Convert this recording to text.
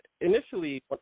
initially